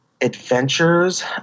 adventures